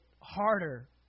harder